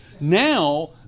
Now